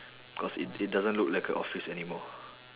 cause it it doesn't look like a office anymore